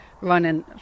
running